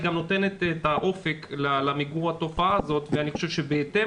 היא גם נותנת את האופק למיגור התופעה הזאת ואני חושב שבהתאם